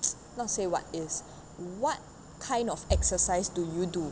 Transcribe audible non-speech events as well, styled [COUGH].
[NOISE] not say what is what kind of exercise do you do